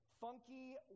funky